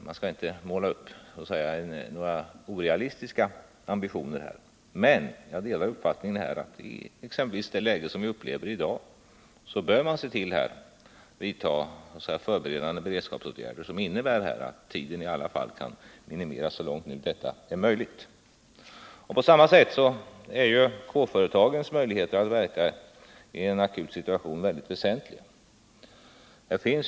Man skall inte måla upp några orealistiska ambitioner, men jag delar uppfattningen att vi, exempelvis i det läge vi upplever i dag, bör se till att vidta förberedande beredskapsåtgärder som innebär att tiden i alla Nr 167 fall kan minimeras så långt detta är möjligt. Måndagen den På samma sätt är K-företagens möjligheter att verka i en akut situation 9 juni 1980 mycket väsentliga.